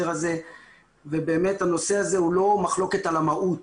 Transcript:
הזה ובאמת הנושא הזה הוא לא מחלוקת על המהות.